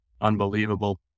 unbelievable